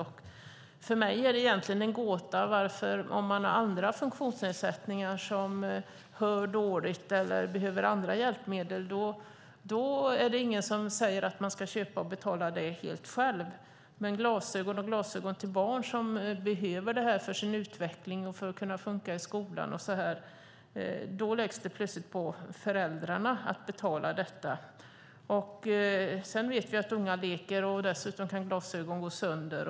Om man har andra funktionsnedsättningar, som att man hör dåligt eller behöver andra hjälpmedel, är det ingen som säger att man ska köpa och betala dem helt själv. För mig är det egentligen en gåta att glasögon till barn, som behöver dem för sin utveckling och för att kunna funka i skolan, är något som föräldrarna plötsligt ska betala. Vi vet att ungar leker och att glasögon kan gå sönder.